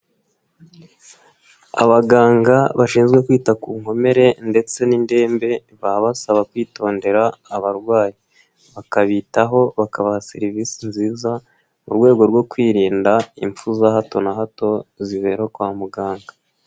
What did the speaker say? Abaganga bashinzwe kwita ku nkomere ndetse n'indembe baba basaba kwitondera abarwayi, bakabitaho bakabaha serivisi nziza mu rwego rwo kwirinda impfu za hato na hato zibera kwa muganga.